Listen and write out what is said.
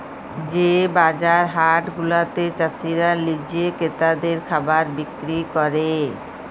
যে বাজার হাট গুলাতে চাসিরা লিজে ক্রেতাদের খাবার বিক্রি ক্যরে